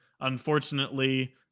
Unfortunately